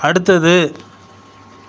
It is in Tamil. அடுத்தது